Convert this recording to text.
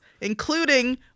including